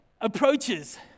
approaches